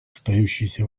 остающейся